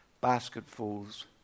basketfuls